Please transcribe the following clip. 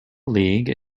league